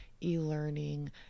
e-learning